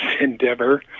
endeavor